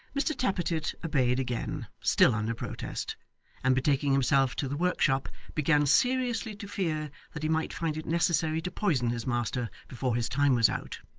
mr tappertit obeyed again, still under protest and betaking himself to the workshop, began seriously to fear that he might find it necessary to poison his master, before his time was out.